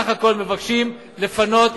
סך הכול מבקשים לפנות,